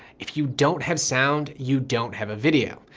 if you don't have sound, you don't have a video.